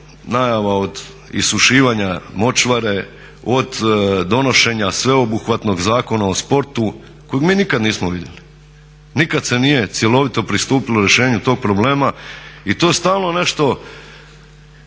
najava od isušivanja močvare, od donošenja sveobuhvatnog Zakona o sportu kojeg mi nikad nismo vidjeli, nikad se nije cjelovito pristupilo rješenju tog problema i to stalno nešto,